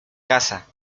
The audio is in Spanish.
casa